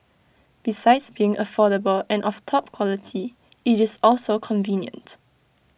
besides being affordable and of top quality IT is also convenient